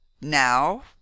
now